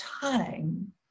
time